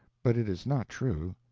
but it is not true.